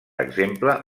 exemple